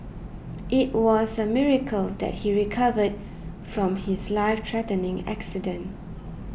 it was a miracle that he recovered from his life threatening accident